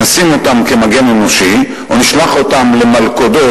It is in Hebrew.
נשים אותם כמגן אנושי או נשלח אותם למלכודות,